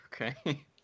okay